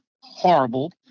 horrible